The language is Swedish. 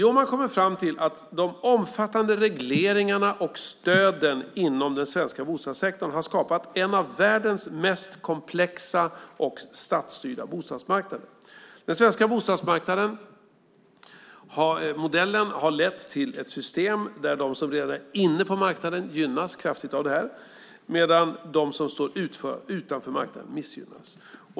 Jo, man kommer fram till att de omfattande regleringarna och stöden inom den svenska bostadssektorn har skapat en av världens mest komplexa och statsstyrda bostadsmarknader. Den svenska modellen har lett till ett system där de som redan är inne på marknaden gynnas kraftigt, medan de som står utanför marknaden missgynnas.